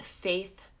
Faith